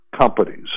companies